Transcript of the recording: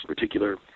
particular